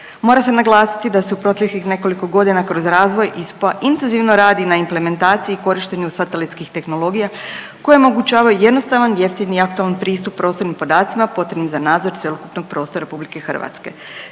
Mora se naglasiti da se u proteklih nekoliko godina kroz razvoj intenzivno radi na implementaciji i korištenju satelitskih tehnologija koje omogućavaju jednostavan, jeftin i aktualan pristup prostornim podacima potrebnim za nadzor cjelokupnog prostora Republike Hrvatske.